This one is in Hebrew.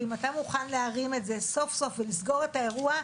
ואם אתה מוכן להרים את זה סוף סוף ולסגור את האירוע,